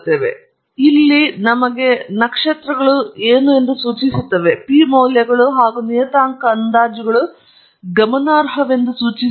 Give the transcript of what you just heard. ಆದ್ದರಿಂದ ಮತ್ತೆ ಇಲ್ಲಿ ನನಗೆ ನಕ್ಷತ್ರಗಳು ಸೂಚಿಸುತ್ತವೆ ಅಥವಾ p ಮೌಲ್ಯಗಳು ಹಾಗೂ ನಿಯತಾಂಕ ಅಂದಾಜುಗಳು ಗಮನಾರ್ಹವೆಂದು ಸೂಚಿಸುತ್ತವೆ